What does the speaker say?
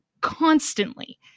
constantly